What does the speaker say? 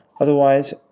Otherwise